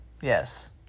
yes